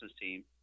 team